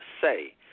say